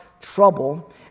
trouble